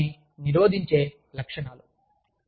పాల్గొనడాన్ని నిరోధించే లక్షణాలు